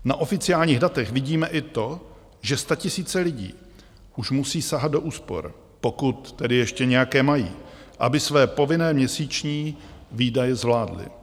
Na oficiálních datech vidíme i to, že statisíce lidí už musí sahat do úspor, pokud tedy ještě nějaké mají, aby své povinné měsíční výdaje zvládli.